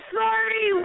sorry